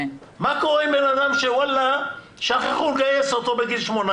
מה קורה עם בן אדם ששכחו לגייס אותו בגיל 18?